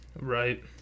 Right